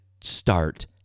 start